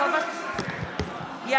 (קוראת בשמות חברי הכנסת) משה ארבל,